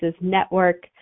Network